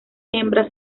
hembras